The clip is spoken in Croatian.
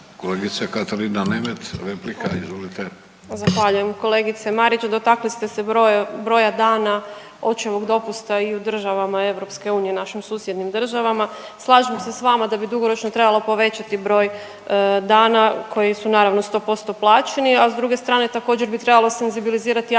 Kolegice Katarina Nemet replika izvolite. **Nemet, Katarina (IDS)** Zahvaljujem. Kolegice Marić, dotakli ste se broja dana očevog dopusta i u državama EU i u našim susjednim državama. Slažem se s vama da bi dugoročno trebalo povećati broj dana koji su naravno 100% plaćeni, a s druge strane također bi trebalo senzibilizirati javnost